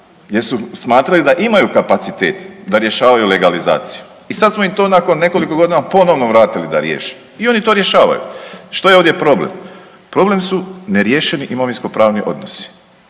jer su smatrali da imaju kapacitet da rješavaju legalizaciju. I sad smo im to nakon nekoliko godina ponovno vratili da riješe i oni to rješavaju. Što je ovdje problem? Problem su neriješeni imovinsko pravni odnosi,